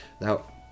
Now